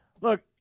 look